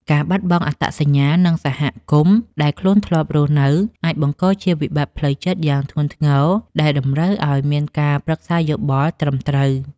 ការបាត់បង់អត្តសញ្ញាណ និងសហគមន៍ដែលខ្លួនធ្លាប់រស់នៅអាចបង្កជាវិបត្តិផ្លូវចិត្តយ៉ាងធ្ងន់ធ្ងរដែលតម្រូវឱ្យមានការប្រឹក្សាយោបល់ត្រឹមត្រូវ។